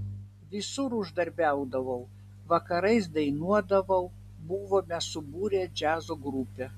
visur uždarbiaudavau vakarais dainuodavau buvome subūrę džiazo grupę